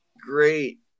great